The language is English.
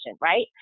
right